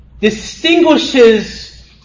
distinguishes